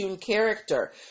character